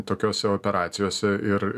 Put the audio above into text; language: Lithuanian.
tokiose operacijose ir